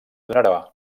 donarà